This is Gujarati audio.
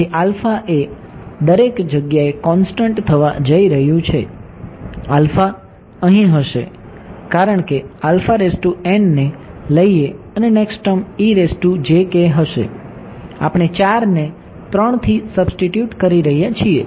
તેથી એ દરેક જગ્યાએ કોંસ્ટંટ થવા જઈ રહ્યું છે અહી હશે કારણ કે ને લઈએ અને નેક્સ્ટ ટર્મ હશે આપણે 4 ને 3 થી સબ્સ્ટિટ્યુટ કરી રહ્યા છીએ